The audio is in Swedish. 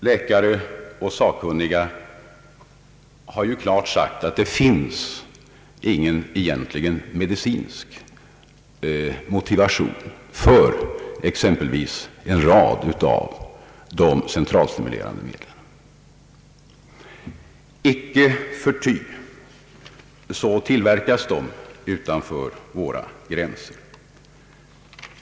Läkare och andra sakkunniga har ju klart sagt, att det egentligen inte finns någon medicinsk motivation för exempelvis en rad av de centralstimulerande medlen. Icke förty tillverkas dessa medel utanför våra gränser.